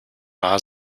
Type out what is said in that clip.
wahr